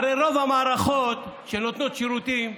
הרי רוב המערכות שנותנות שירותים,